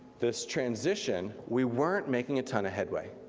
this transition, we weren't making a ton of headway.